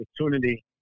opportunity